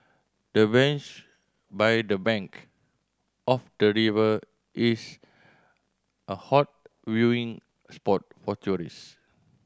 the bench by the bank of the river is a hot viewing spot for tourist